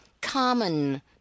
common